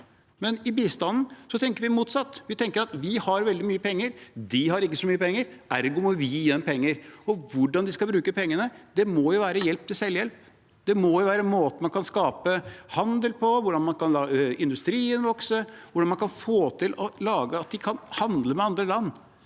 Men i bistanden tenker vi motsatt. Vi tenker at vi har veldig mye penger, de har ikke så mye penger, ergo må vi gi dem penger. Og hvordan skal de bruke pengene? Det må jo være hjelp til selvhjelp. Det må jo være måter man kan skape handel på, hvordan man kan la industrien vokse, hvordan man kan få til å lage det slik at de kan handle med andre land.